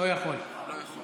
אני גם יכול להגיע לרבין?